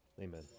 amen